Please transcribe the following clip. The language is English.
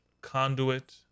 conduit